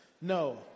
No